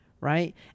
right